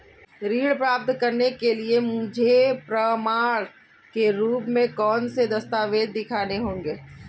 ऋण प्राप्त करने के लिए मुझे प्रमाण के रूप में कौन से दस्तावेज़ दिखाने होंगे?